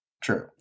true